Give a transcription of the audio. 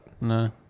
No